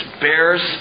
bears